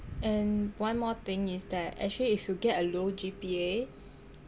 and one more thing is that actually if you get a low G_P_A